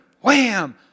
wham